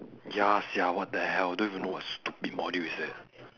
ya sia what the hell don't even know what stupid module is that